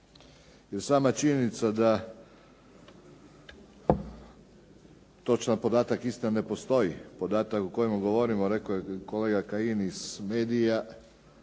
jer sama činjenica da točan podatak istina ne postoji, podatak o kojem govorimo rekao je kolega Kajin iz medija.